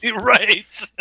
Right